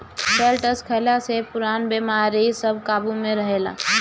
शैलटस खइला से पुरान बेमारी सब काबु में रहेला